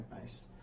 Nice